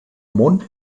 món